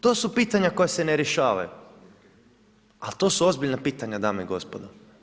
To su pitanja koja se ne rješavaju ali to su ozbiljna pitanja, dame i gospodo.